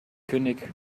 könig